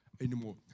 anymore